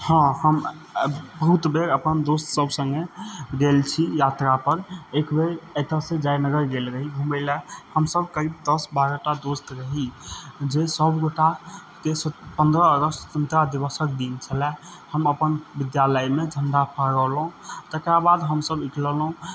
हँ हम बहुत बेर अपन दोस्त सब सङ्गे गेल छी यात्रा पर एक बेर एतऽ सऽ जयनगर गेल रही घुमै लए हमसब की दस बारह टा दोस्त रही जे सब गोटाके पन्द्रह अगस्त स्वतंत्रता दिवसक दिन छलए हम अपन विद्यालयमे झंडा फहरेलहुॅं तकरा बाद हमसब निकललहुॅं